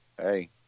Hey